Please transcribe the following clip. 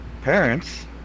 parents